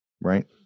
right